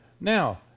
Now